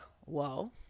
whoa